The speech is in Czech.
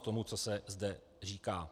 Tomu, co se zde říká.